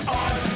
on